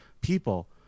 people